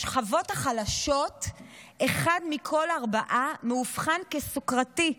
בשכבות החלשות אחד מכל ארבעה מאובחן כסוכרתי.